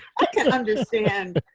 i can understand.